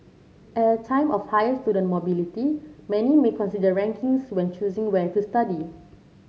at a time of higher student mobility many may consider rankings when choosing where to study